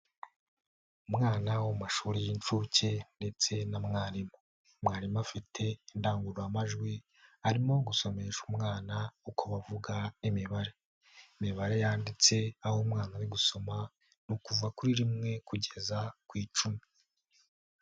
Umwana wo mu mashuri y'incuke, ndetse na mwarimu. Mwarimu afite indangururamajwi, arimo gusomesha umwana uko bavuga imibare. Imibare yanditse aho umwana ari gusoma, ni ukuva kuri rimwe kugeza ku icumi.